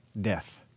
death